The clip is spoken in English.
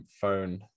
phone